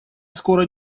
скоро